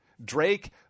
Drake